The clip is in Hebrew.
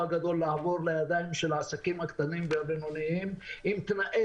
הגדול לעבור לידיים של העסקים הקטנים והבינוניים עם תנאי